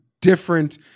different